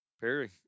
Perry